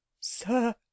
Sir